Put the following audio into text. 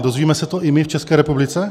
Dozvíme se to i my v České republice?